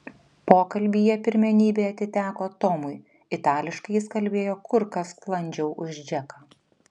pokalbyje pirmenybė atiteko tomui itališkai jis kalbėjo kur kas sklandžiau už džeką